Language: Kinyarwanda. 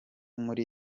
muri